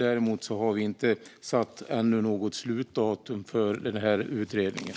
Däremot har vi ännu inte satt något slutdatum för den här utredningen.